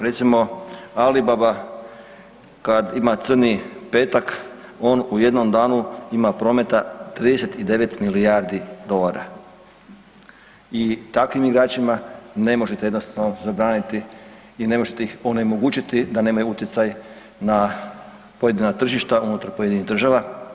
Recimo Alibaba kada ima crni petak on u jednom danu ima prometa 39 milijardi dolara i takvim igračima ne možete jednostavno zabraniti i ne možete ih onemogućiti da nemaju utjecaj na pojedina tržišta unutar pojedinih država.